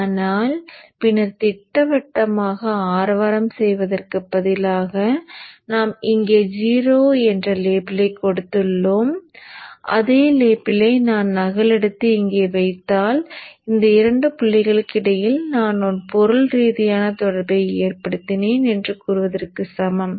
ஆனால் பின்னர் திட்டவட்டமாக ஆரவாரம் செய்வதற்குப் பதிலாக நாம் இங்கே o என்ற லேபிளைக் கொடுத்துள்ளோம் அதே லேபிளை நான் நகலெடுத்து இங்கே வைத்தால் இந்த இரண்டு புள்ளிகளுக்கு இடையில் நான் ஒரு பொருள்ரீதியான தொடர்பை ஏற்படுத்தினேன் என்று கூறுவதற்கு சமம்